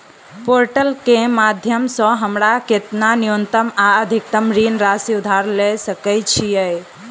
Portal केँ माध्यम सऽ हमरा केतना न्यूनतम आ अधिकतम ऋण राशि उधार ले सकै छीयै?